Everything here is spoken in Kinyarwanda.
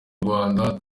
rwanda